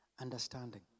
understanding